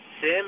Sim